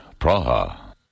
Praha